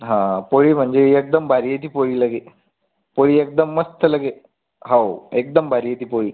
हा पोळी म्हणजे एकदम भारी येते पोळी लगे पोळी एकदम मस्त लगे हो एकदम भारी येते पोळी